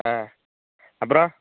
அப்புறம்